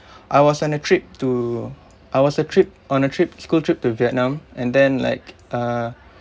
I was on a trip to I was a trip on a trip school trip to vietnam and then like uh